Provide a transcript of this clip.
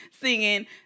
singing